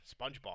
SpongeBob